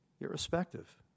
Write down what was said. irrespective